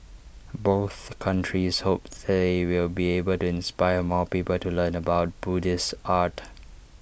both countries hope they will be able to inspire more people to learn about Buddhist art